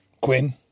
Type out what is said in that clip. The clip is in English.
Quinn